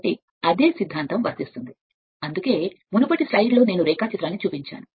కాబట్టి ఇది మీరు కేవలం అదే తత్వశాస్త్రం అందుకే మునుపటి స్లైడ్ నేను రేఖాచిత్రాన్ని చూపించాను